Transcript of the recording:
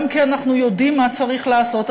גם כי אנחנו יודעים מה צריך לעשות,